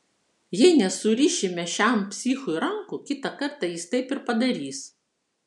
jei nesurišime šiam psichui rankų kitą kartą jis taip ir padarys